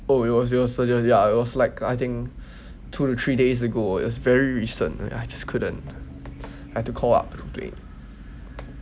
oh it was it was ya it was like I think two to three days ago it's very recent ya I just couldn't I had to call up to complain